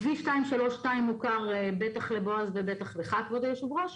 כביש 232 מוכר בטח לבועז ובטח לך, כבוד יושב-ראש.